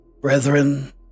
brethren